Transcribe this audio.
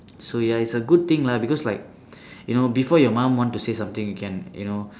so ya it's a good thing lah because like you know before your mum want to say something you can you know